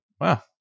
wow